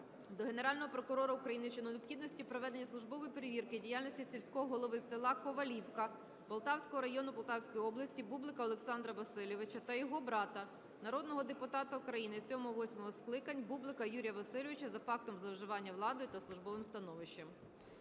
до Генерального прокурора України щодо необхідності проведення службової перевірки діяльності сільського голови села Ковалівка, Полтавського району, Полтавської області Бублика Олександра Васильовича та його брата, народного депутата України VII - VIII скликань Бублика Юрія Васильовича за фактом зловживання владою та службовим становищем.